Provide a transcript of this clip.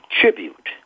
tribute